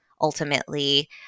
ultimately